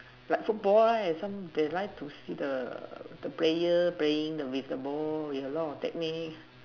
like so boy some they like to the the player playing with the ball with a lot of technique